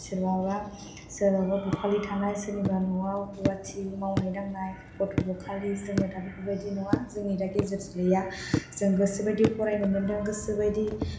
सोरबाबा सोरबाबा बखालि थानाय सोरनिबा न'वाव रुवाथि मावनाय दांनाय गथ' बखालि जों दा बेफोरबायदि नुवा जोंनि दा गेजेर सिरिया जों गोसोबायदि फरायनो मोन्दों गोसोबायदि